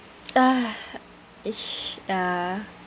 uh it's ya